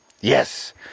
Yes